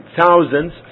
thousands